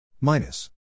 Minus